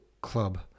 club